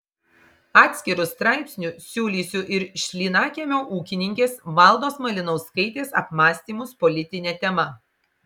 atskiru straipsniu siūlysiu ir šlynakiemio ūkininkės valdos malinauskaitės apmąstymus politine tema